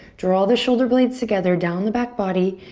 draw the shoulder blades together down the back body.